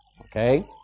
okay